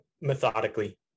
methodically